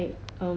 ya